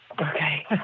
okay